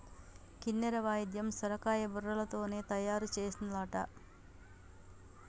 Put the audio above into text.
కిన్నెర వాయిద్యం సొరకాయ బుర్రలతోనే తయారు చేసిన్లట